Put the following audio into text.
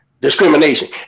discrimination